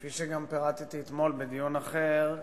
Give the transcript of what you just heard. כפי שגם פירטתי אתמול בדיון אחר,